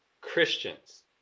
Christians